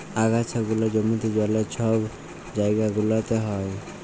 আগাছা গুলা জমিতে, জলে, ছব জাইগা গুলাতে হ্যয়